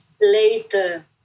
later